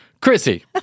Chrissy